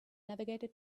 navigated